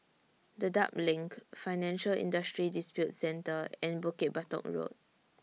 Dedap LINK Financial Industry Disputes Center and Bukit Batok Road